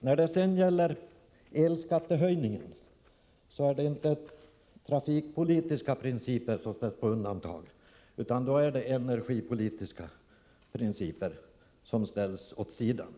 I fråga om elskattehöjningen är det inte trafikpolitiska principer som sätts på undantag, utan då är det energipolitiska principer som ställs åt sidan.